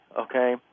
okay